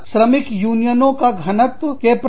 श्रमिक यूनियनों का घनत्व के प्रकार